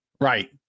Right